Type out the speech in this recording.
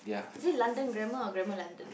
is it London grammar or grammar London